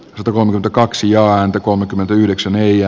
rom takaksi ääntä jos ei